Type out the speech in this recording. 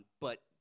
but-